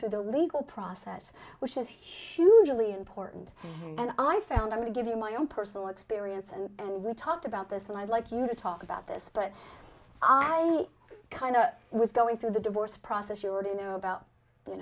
through the legal process which is hugely important and i found i want to give you my own personal experience and we talked about this and i'd like you to talk about this but i kind of was going through the divorce process you already know about you